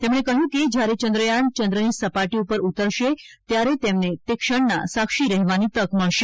તેમણે કહયું કે જયારે ચંદ્રયાન ચંદ્રની સપાટી પર ઉતરશે ત્યારે તેમને તે ક્ષણના સાક્ષી રહેવાની તક મળશે